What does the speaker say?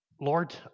Lord